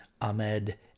Ahmed